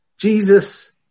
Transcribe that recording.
Jesus